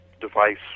device